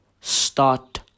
Start